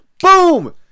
boom